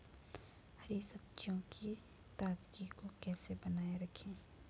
हरी सब्जियों की ताजगी को कैसे बनाये रखें?